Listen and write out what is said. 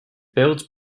built